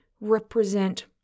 represent